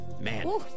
Man